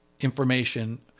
information